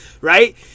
right